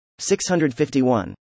651